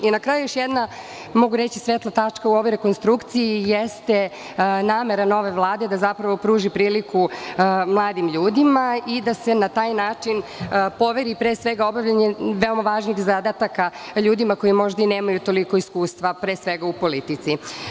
Na kraju još jedna, mogu reći svetla tačka u ovoj rekonstrukciji jeste namera nove Vlade da zapravo pruži priliku mladim ljudima i da se na taj način poveri pre svega obavljanje veoma važnih zadataka ljudima koji možda i nemaju toliko iskustva pre svega u politici.